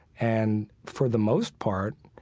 and for the most part,